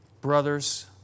brothers